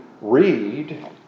read